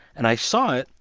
and i saw it,